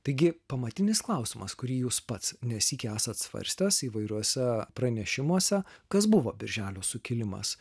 taigi pamatinis klausimas kurį jūs pats nesyk esat svarstęs įvairiuose pranešimuose kas buvo birželio sukilimas